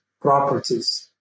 properties